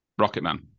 Rocketman